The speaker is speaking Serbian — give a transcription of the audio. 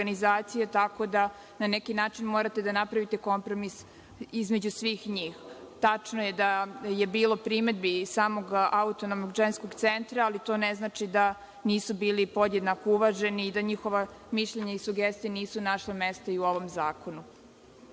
tako da na neki način morate da napravite kompromis između svih njih. Tačno je da je bilo primedbi samog Autonomnog ženskog centra, ali to ne znači da nisu bili podjednako uvaženi i da njihova mišljenja i sugestije nisu našle mesto u ovom zakonu. Što